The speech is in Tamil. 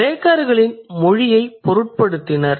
கிரேக்கர்கள் மொழியைப் பொருட்படுத்தினர்